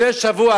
לפני שבוע,